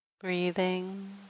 Breathing